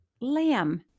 lamb